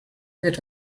get